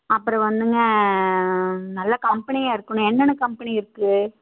அப்புறம் வந்துங்க நல்ல கம்பெனியாக இருக்கணும் என்னென்ன கம்பெனி இருக்கு